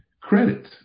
credit